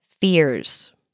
fears